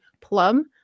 plum